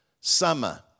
summer